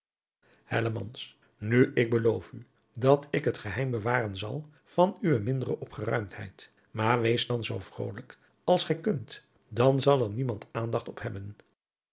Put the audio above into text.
nu ik beloof u dat ik het geheim bewaren zal van uwe mindere opgeruimdheid maar wees dan zoo vrolijk als gij kunt dan zal er niemand aandacht op hebben